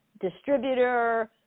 distributor